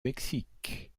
mexique